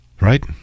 Right